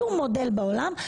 שום מודל בעולם,